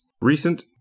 Recent